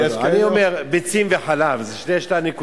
לא לא, אני אומר: ביצים וחלב, זה שתי הנקודות.